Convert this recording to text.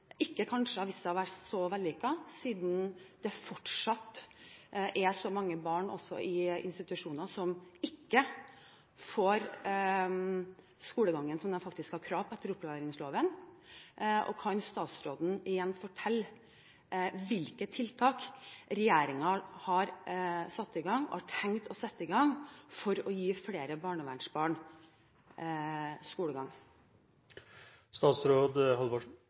kanskje ikke har vist seg å være så vellykket, siden det fortsatt er så mange barn, også i institusjoner, som ikke får den skolegangen som de faktisk har krav på etter opplæringsloven? Og kan statsråden igjen fortelle hvilke tiltak regjeringen har satt i gang – og har tenkt å sette i gang – for å gi flere barnevernsbarn skolegang?